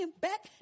back